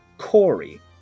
Corey